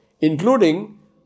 including